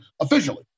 officially